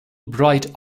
bright